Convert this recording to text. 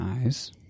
Eyes